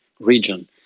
region